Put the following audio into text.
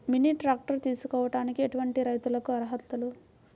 Mini tractor తీసుకోవడానికి ఎటువంటి రైతులకి అర్హులు?